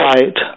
Right